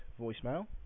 voicemail